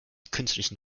künstlichen